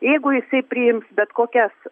jeigu jisai priims bet kokias